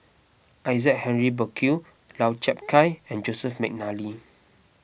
Isaac Henry Burkill Lau Chiap Khai and Joseph McNally